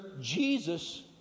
Jesus